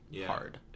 hard